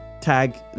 tag